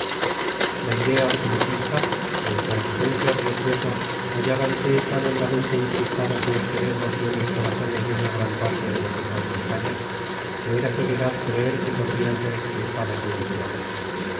la idea absolutista la intransigencia religiosa hallábanse tan hondamente incrustadas en los cerebros y en los corazones de una gran parte de los hijos de españa que era ceguedad creer que podrían ser extirpadas de un tirón